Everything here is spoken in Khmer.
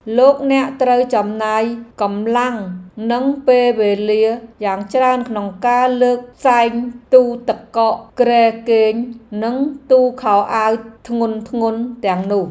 លោកអ្នកត្រូវចំណាយកម្លាំងនិងពេលវេលយ៉ាងច្រើនក្នុងការលើកសែងទូទឹកកកគ្រែគេងនិងទូខោអាវធ្ងន់ៗទាំងនោះ។